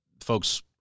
folks